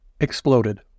exploded